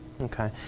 Okay